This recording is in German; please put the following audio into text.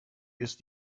ist